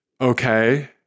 Okay